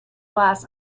glass